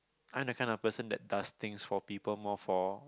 I'm the kind of person that does things for people more for